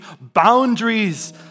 boundaries